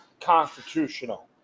constitutional